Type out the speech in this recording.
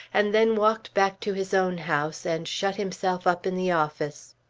and then walked back to his own house, and shut himself up in the office.